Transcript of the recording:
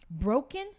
broken